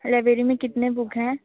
library में कितने book हैं